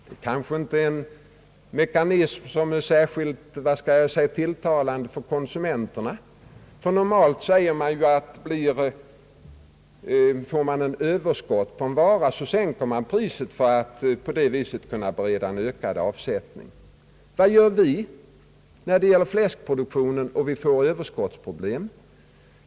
Det kanske är en mekanism som inte är särskilt tilltalande för konsumenterna. Det anses normalt att om man får överskott på en vara skall man sänka priset för att på det viset bereda ökad avsättning. Vad gör vi när vi får överskottsproblem i fläskproduktionen?